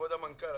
כבוד המנכ"ל,